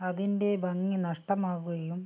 അതിൻ്റെ ഭംഗി നഷ്ടമാകുകയും